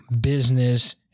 business